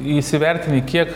įsivertini kiek